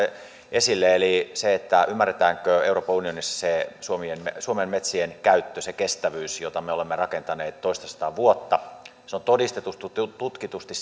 esille eli se ymmärretäänkö euroopan unionissa se suomen metsien käyttö se kestävyys jota me olemme rakentaneet toistasataa vuotta se on todistetusti ja tutkitusti